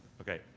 okay